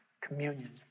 Communion